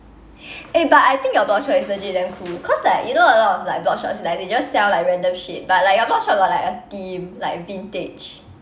eh but I think your blogshop is legit damn cool cause like you know a lot of like blogshops like they just sell like random shit but like your blogshop got like a theme like vintage